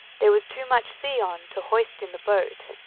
there was too much sea on to hoist in the boat,